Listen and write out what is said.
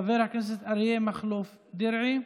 חבר הכנסת אריה מכלוף דרעי,